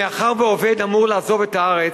מאחר שהעובד אמור לעזוב את הארץ,